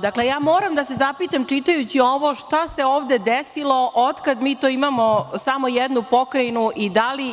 Dakle, moram da se zapitam čitajući ovo, šta se ovde desilo, od kad mi to imamo samo jednu pokrajinu i da li